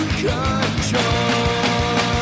control